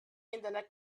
internet